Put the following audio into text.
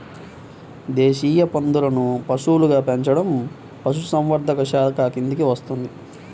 దేశీయ పందులను పశువులుగా పెంచడం పశుసంవర్ధక శాఖ కిందికి వస్తుంది